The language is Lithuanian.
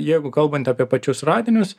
jeigu kalbant apie pačius radinius